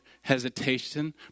hesitation